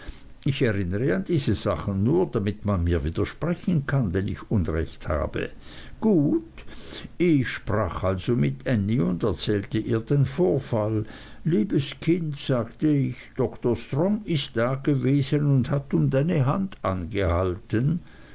ich erinnere an diese sachen nur damit man mir widersprechen kann wenn ich unrecht habe gut ich sprach also mit ännie und erzählte ihr den vorfall liebes kind sagte ich dr strong ist dagewesen und hat um deine hand angehalten